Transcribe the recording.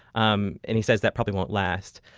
um and he says that probably won't last.